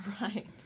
Right